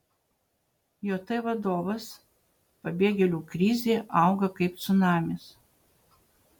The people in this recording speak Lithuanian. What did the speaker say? jt vadovas pabėgėlių krizė auga kaip cunamis